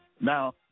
now